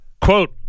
quote